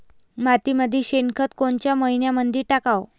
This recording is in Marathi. मातीमंदी शेणखत कोनच्या मइन्यामंधी टाकाव?